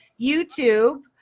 YouTube